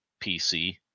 pc